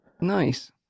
Nice